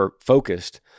focused